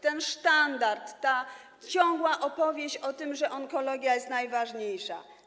Ten sztandar, ta ciągła opowieść o tym, że onkologia jest najważniejsza.